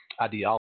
ideology